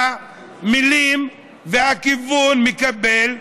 המילים והכיוון משתנים.